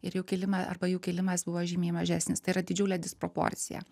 ir jų kilimą arba jų kilimas buvo žymiai mažesnis tai yra didžiulė disproporcija